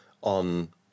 on